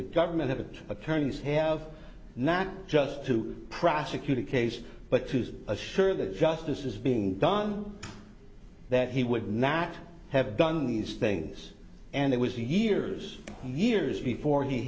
the government of attorneys have not just to prosecute a case but to say assure that justice is being done that he would not have done these things and it was the years and years before he